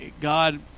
God